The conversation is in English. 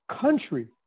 country